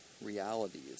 realities